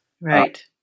Right